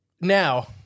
Now